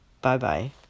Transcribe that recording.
Bye-bye